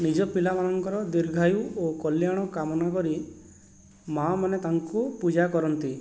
ନିଜ ପିଲାମାନଙ୍କର ଦୀର୍ଘାୟୁ ଓ କଲ୍ୟାଣ କାମନା କରି ମାଆମାନେ ତାଙ୍କୁ ପୂଜା କରନ୍ତି